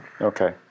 Okay